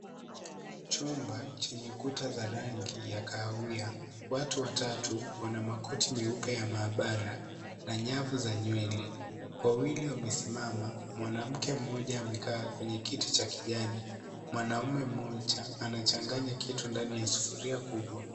Chumba chenye kuta za rangi ya kahawia watu watatu wana makoti meupe ya maabara na nyavu za nywele. Wawili wamesimama mwanamke mmoja amekaa kwenye kiti cha kijani, mwanamme mmoja anachanganya kitu ndani ya sufuria kubwa .